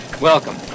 Welcome